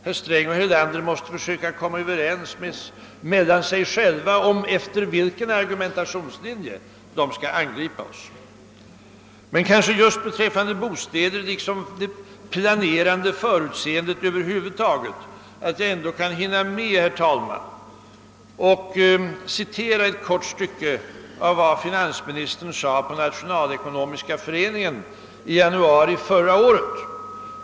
Herr Sträng och herr Erlander måste försöka komma överens med varandra om efter vilken argumentationslinje de skall angripa OSS. Kanske jag just beträffande bostäder liksom det planerande förutseendet över huvud taget kan hinna med, herr talman, att citera ett kort stycke av vad finansministern yttrade på Nationalekonomiska föreningen i januari förra året.